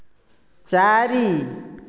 ଚାରି